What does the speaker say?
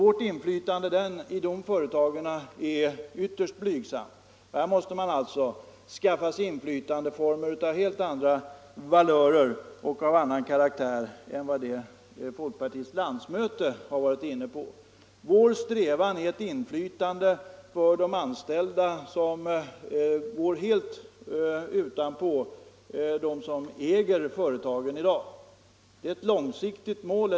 Vårt inflytande i de företagen är ytterst blygsamt. Här måste man alltså skaffa sig inflytande av helt annan valör och karaktär än vad folkpartiets landsmöte har varit inne på. Vår strävan är ett inflytande för de anställda som går helt utanpå dem som äger företaget. Det är ett långsiktigt mål.